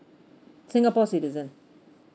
singapore citizen